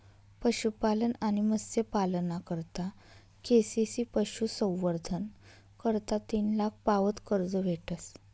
पशुपालन आणि मत्स्यपालना करता के.सी.सी पशुसंवर्धन करता तीन लाख पावत कर्ज भेटस